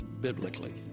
biblically